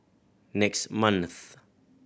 next month